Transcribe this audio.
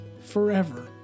forever